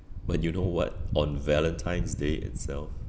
but you know what on valentine's day itself